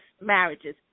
marriages